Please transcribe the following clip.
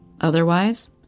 Otherwise